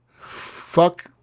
Fuck